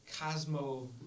cosmo